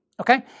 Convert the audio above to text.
okay